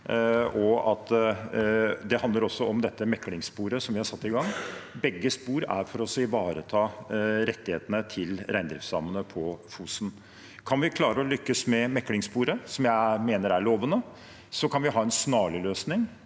det handler om det meklingssporet som vi har satt i gang. Begge spor er for å ivareta rettighetene til reindriftssamene på Fosen. Kan vi klare å lykkes med meklingssporet, som jeg mener er lovende, kan vi ha en snarlig løsning.